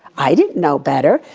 i didn't know better.